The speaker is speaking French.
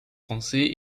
français